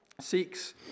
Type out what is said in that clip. Seeks